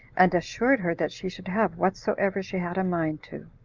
and assured her that she should have whatsoever she had a mind to.